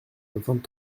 vingt